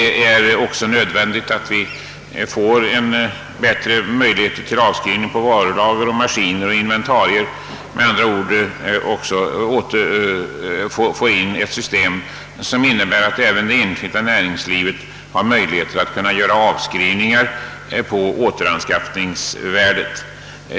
Det är också nödvändigt att möjligheterna till avskrivning på varulager, maskiner och inventarier förbättras. Vi bör med andra ord få ett system som innebär att även det enskilda näringslivet kan göra avskrivningar på återanskaffningsvärdet.